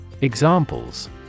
Examples